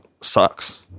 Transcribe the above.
sucks